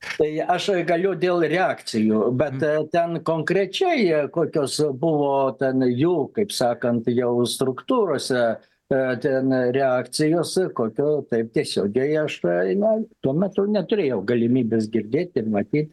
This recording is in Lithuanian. tai aš galiu dėl reakcijų bet ten konkrečiai kokios buvo ten jų kaip sakant jau struktūrose ten reakcijos kokio taip tiesiogiai aš ne tuo metu neturėjau galimybės girdėti ir matyti